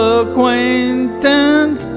acquaintance